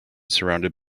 surrounded